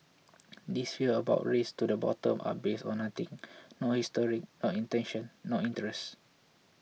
these fears about race to the bottom are based on nothing not history not intention nor interest